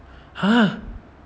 !huh!